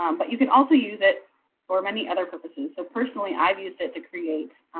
um but you can also use it for many other purposes. so personally, i've used it to create